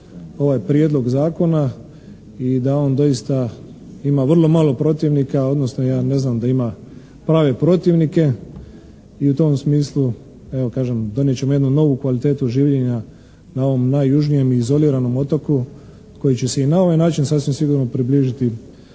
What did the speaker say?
ovaj prijedlog zakona i da on doista ima vrlo malo protivnika odnosno ja ne znam da ima prave protivnike i u tom smislu evo kažem donijet ćemo jednu novu kvalitetu življenja na ovom najjužnijem i izoliranom otoku koji će se i na ovaj način sasvim sigurno približiti